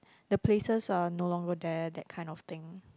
the places are no longer there that kind of thing